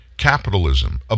Capitalism